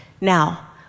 Now